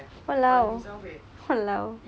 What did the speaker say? !walao! !walao!